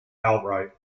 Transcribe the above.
outright